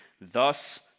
thus